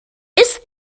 ist